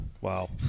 Wow